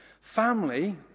Family